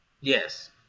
Yes